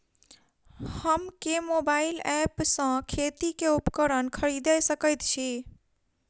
हम केँ mobile app सँ खेती केँ उपकरण खरीदै सकैत छी?